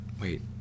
Wait